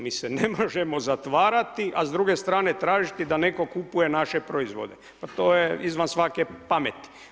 Mi se ne možemo zatvarati, a s druge strane tražiti da netko kupuje naše proizvode, pa to je izvan svake pameti.